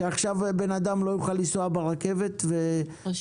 שעכשיו אדם לא יוכל לנסוע ברכבת ויגידו